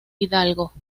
hidalgo